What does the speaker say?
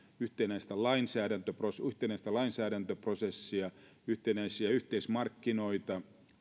yhtenäistä lainsäädäntöprosessia yhtenäistä lainsäädäntöprosessia yhtenäisiä yhteismarkkinoita